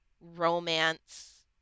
romance